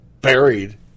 buried